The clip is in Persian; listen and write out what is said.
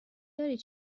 دارید